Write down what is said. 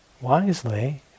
wisely